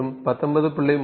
மற்றும் 19